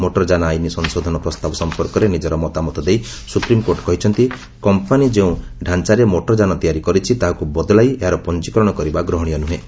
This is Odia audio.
ମୋଟର ଯାନ ଆଇନ ସଂଶୋଧନ ପ୍ରସ୍ତାବ ସମ୍ପର୍କରେ ନିଜର ମତାମତ ଦେଇ ସୁପ୍ରିମ୍କୋର୍ଟ କହିଛନ୍ତି କମ୍ପାନୀ ଯେଉଁ ଡାଞ୍ଚାରେ ମୋଟର ଯାନ ତିଆରି କରିଛି ତାହାକୁ ବଦଳାଇ ଏହାର ପଞ୍ଜୀକରଣ କରିବା ଗ୍ରହଣୀୟ ନୁହେଁ